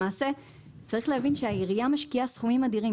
צריך להבין שהעירייה משקיעה סכומים אדירים.